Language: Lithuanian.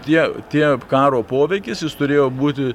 tie tie karo poveikis jis turėjo būti